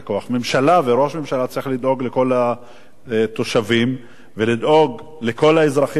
וראש ממשלה צריך לדאוג לכל התושבים ולדאוג לכל האזרחים ולכל הרשויות.